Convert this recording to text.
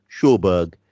Schuberg